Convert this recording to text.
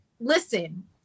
listen